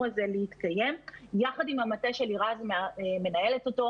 הזה להתקיים יחד עם המטה שאלירז מנהלת אותו,